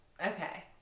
Okay